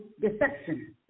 deception